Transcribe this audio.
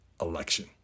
election